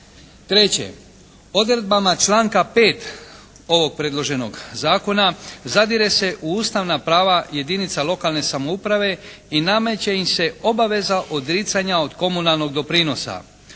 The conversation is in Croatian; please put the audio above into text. Treće, odredbama članka 5. ovog predloženog zakona zadire se u ustavna prava jedinica lokalne samouprave i nameće im se obaveza odricanja od komunalnog doprinosa.